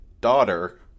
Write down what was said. daughter